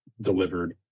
delivered